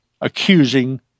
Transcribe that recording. accusing